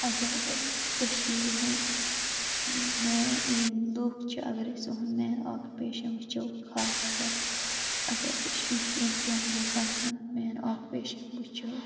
اَگَر أسۍ کٔشیٖرِِ ہُنٛد مین یِم لوٗکھ چھِ اَگَر أسۍ یِہُنٛد مین آکیوپیشَن وُچھو خاص کَر اَگَر أسۍ شُپین کیٚن لوٗکَن ہُنٛد مین آکیوپیشَن وُچھو